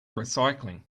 recycling